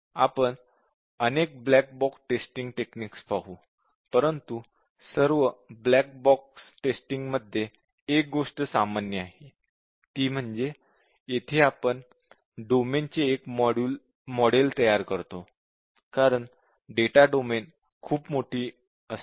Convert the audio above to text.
आपण अनेक black box testing techniques पाहू परंतू सर्व ब्लॅक बॉक्स टेस्टिंग मध्ये एक गोष्ट सामान्य आहे ती म्हणजे येथे आपण डोमेनचे मॉडेल तयार करतो कारण डेटा डोमेन खूप मोठी असते